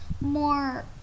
more